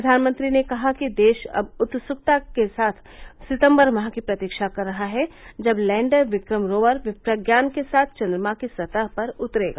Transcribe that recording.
प्रधानमंत्री ने कहा कि देश अब उत्सुकता पूर्वक सितंबर माह की प्रतीक्षा कर रहा है जब लैंडर विक्रम रोवर प्रज्ञान के साथ चंद्रमा की सतह पर उतरेगा